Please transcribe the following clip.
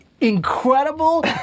incredible